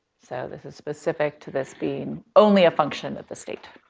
so this is specific to this being only a function of the state.